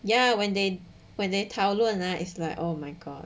ya when they when they 讨论啊 is like oh my god